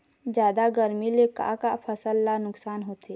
जादा गरमी ले का का फसल ला नुकसान होथे?